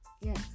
Yes